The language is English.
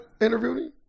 interviewing